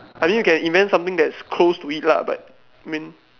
I think you can invent something that's close to it lah but I mean